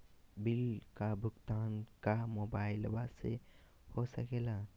Bill का भुगतान का मोबाइलवा से हो सके ला?